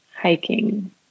Hiking